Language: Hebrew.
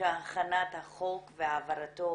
שהכנת החוק והעברתו